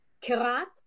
Karat